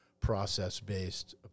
process-based